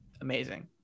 Amazing